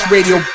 Radio